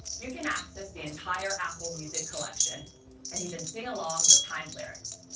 you can access the entire apple music collection and even sing along with timed lyrics.